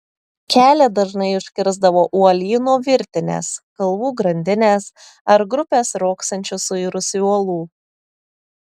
kelią dažnai užkirsdavo uolynų virtinės kalvų grandinės ar grupės riogsančių suirusių uolų